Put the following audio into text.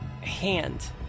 hand